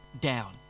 down